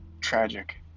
tragic